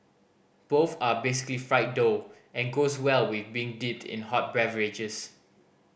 both are basically fried dough and goes well with being dipped in hot beverages